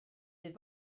bydd